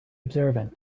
observant